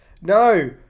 No